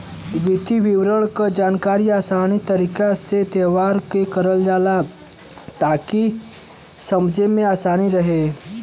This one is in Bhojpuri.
वित्तीय विवरण क जानकारी आसान तरीके से तैयार करल जाला ताकि समझे में आसानी रहे